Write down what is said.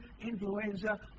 influenza